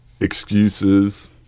Excuses